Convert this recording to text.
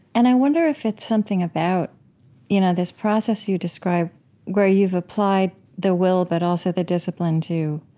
and i wonder if it's something about you know this process you describe where you've applied the will, but also the discipline, to